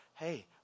Hey